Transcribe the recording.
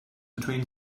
between